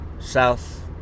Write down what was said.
South